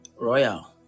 Royal